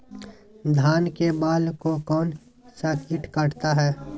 धान के बाल को कौन सा किट काटता है?